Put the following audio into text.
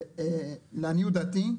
ולעניות דעתי,